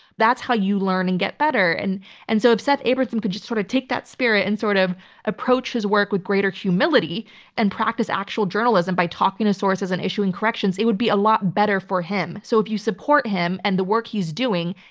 that's how you learn and get better. and and so if seth abramson could just sort of take that spirit and sort of approach his work with greater humility and practice actual journalism by talking to sources and issuing corrections, it would be a lot better for him. so, if you support him and the work he's doing,